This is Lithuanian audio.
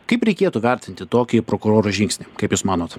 kaip reikėtų vertinti tokį prokuroro žingsnį kaip jūs manot